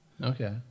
Okay